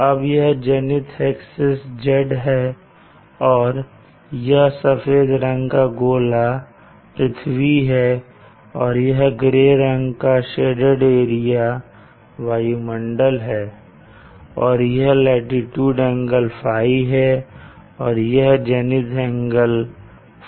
अब यह zenith axis Z है और यह सफेद रंग का गोला पृथ्वी है और यह ग्रे रंग का शेडेड एरिया वायुमंडल है और यह लाटीट्यूड एंगल ɸ है और यह जेनिथ एंगल θz है